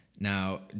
Now